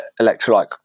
electrolyte